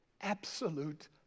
absolute